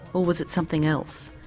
or was it something else?